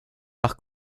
par